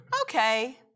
okay